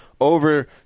over